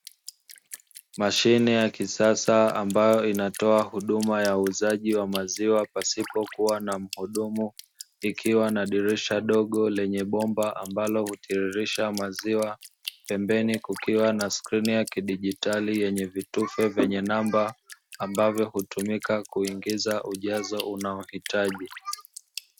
Mashine ya kisasa ambayo inatoa huduma ya uuzaji wa maziwa pasipokuwa na mhudumu, ikiwa na dirisha dogo lenye bomba ambalo hutiririsha maziwa, pembeni kukiwa na skrini ya kidijitali yenye vitufe vyenye namba ambavyo hutumika kuingiza ujazo unaohitaji.